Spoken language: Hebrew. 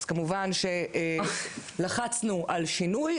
כמובן שלחצנו על שינוי,